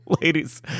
Ladies